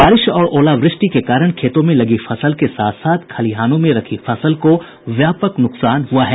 बारिश और ओलावृष्टि के कारण खेतों में लगी फसल के साथ साथ खलिहानों में रखी फसल को भी व्यापक नुकसान हुआ है